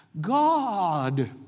God